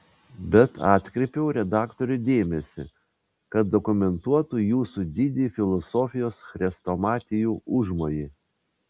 bet atkreipiau redaktorių dėmesį kad dokumentuotų jūsų didįjį filosofijos chrestomatijų užmojį